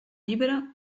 llibre